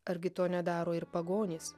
argi to nedaro ir pagonys